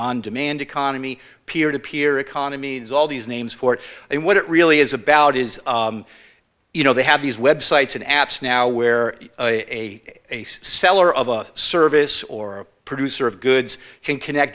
on demand economy peer to peer economy has all these names for it and what it really is about is you know they have these websites and apps now where a seller of a service or a producer of goods can connect